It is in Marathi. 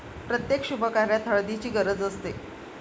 प्रत्येक शुभकार्यात हळदीची गरज असते